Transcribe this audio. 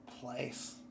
place